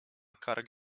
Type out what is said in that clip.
kark